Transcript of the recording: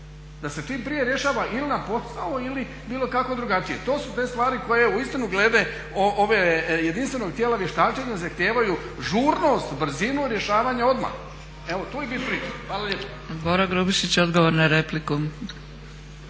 se ne razumije./… ili bilo kako drugačije. To su te stvari koje uistinu glede ovog jedinstvenog tijela vještačenja zahtijevaju žurnost i brzinu rješavanja odmah. Evo, to je bit priče. Hvala lijepo. **Zgrebec, Dragica